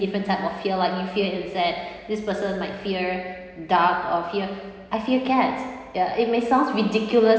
different type of fear like you fear insect this person might fear dark or fear I fear cats it may sound ridiculous